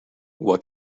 what